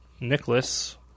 Nicholas